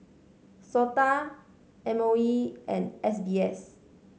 SOTA M O E and S B S